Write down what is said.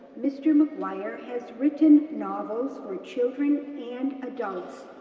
mr. maguire has written novels for children and adults,